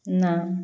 ନା